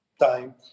time